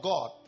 God